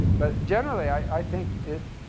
but, generally, i think it,